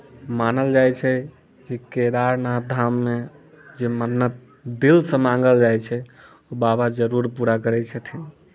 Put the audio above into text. मानल जाइत छै जे केदारनाथ धाममे जे मन्नत दिलसँ माङ्गल जाइत छै ओ बाबा जरूर पूरा करैत छथिन